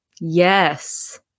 Yes